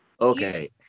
okay